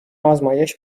آزمایش